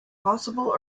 possible